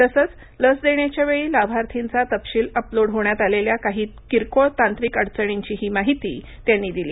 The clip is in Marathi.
तसंच लस देण्याच्यावेळी लाभार्थींचा तपशील अपलोड होण्यात आलेल्या काही किरकोळ तांत्रिक अडचणींचीही त्यांनी माहिती दिली